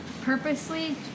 purposely